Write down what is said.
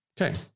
Okay